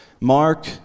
Mark